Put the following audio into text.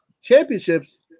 championships